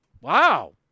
wow